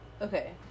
Okay